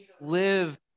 live